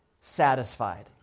satisfied